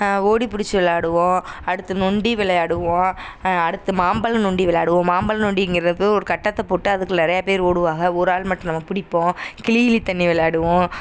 ஓடி பிடிச்சி விளாடுவோம் அடுத்து நொண்டி விளையாடுவோம் அடுத்து மாம்பழம் நொண்டி விளாடுவோம் மாம்பழ நொண்டிங்கிறது ஒரு கட்டத்தை போட்டு அதுக்கு நிறையா பேர் ஓடுவாக ஒரு ஆள் மட்டும் நம்ம பிடிப்போம் கிளிகிளி தண்ணி விளாடுவோம்